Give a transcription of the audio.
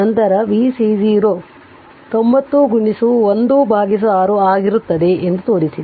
ನಂತರ v C0 90 16 ಆಗಿರುತ್ತದೆ ಎಂದು ತೋರಿಸಿದೆ